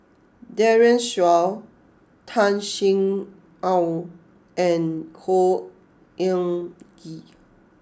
Daren Shiau Tan Sin Aun and Khor Ean Ghee